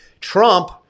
Trump